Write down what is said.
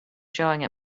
showing